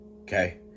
okay